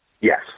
yes